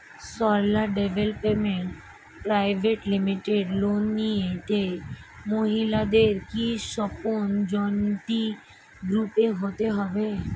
Sarala development private limited loan নিতে মহিলাদের কি স্বর্ণ জয়ন্তী গ্রুপে হতে হবে?